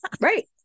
right